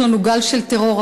יש לנו גל של טרור,